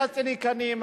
את הציניקנים,